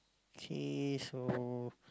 K so